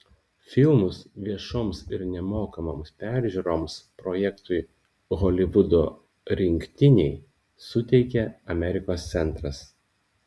filmus viešoms ir nemokamoms peržiūroms projektui holivudo rinktiniai suteikė amerikos centras